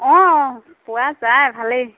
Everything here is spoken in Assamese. অঁ পোৱা যায় ভালেই